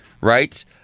right